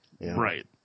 Right